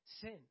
sin